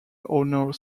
honor